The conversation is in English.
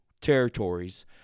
territories